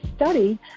study